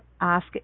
ask